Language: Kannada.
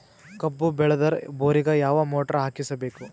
ಕಬ್ಬು ಬೇಳದರ್ ಬೋರಿಗ ಯಾವ ಮೋಟ್ರ ಹಾಕಿಸಬೇಕು?